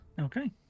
Okay